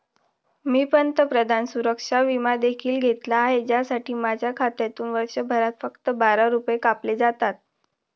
मी पंतप्रधान सुरक्षा विमा देखील घेतला आहे, ज्यासाठी माझ्या खात्यातून वर्षभरात फक्त बारा रुपये कापले जातात